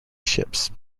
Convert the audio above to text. ships